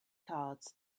cards